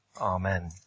Amen